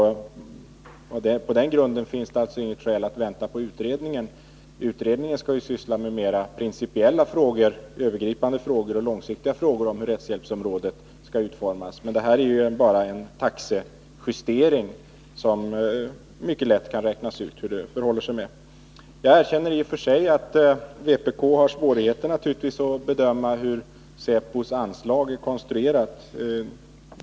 Mot den bakgrunden finns det alltså inget skäl att vänta på utredningen. Den skall ju syssla med principiella, övergripande och långsiktiga frågor om hur rättshjälpen skall utformas. I detta fall gäller det dock bara en justering, vars verkningar mycket lätt kan räknas ut. Jag erkänner naturligtvis i och för sig att vpk har svårigheter att bedöma hur säpos anslag är konstruerat.